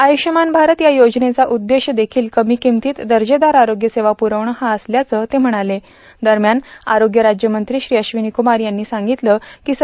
आय्रष्यमान भारत या योजनेचा उद्देश्य देखील कमी किंमतीत दर्जेदार आरोग्य सेवा पुरवणं हा असल्याचं दरम्यान आरोग्य राज्यमंत्री श्री अश्वीनी कुमार यांनी सांगितलं की ते म्हणाले